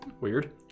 Weird